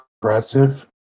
aggressive